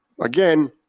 Again